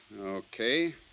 Okay